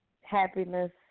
Happiness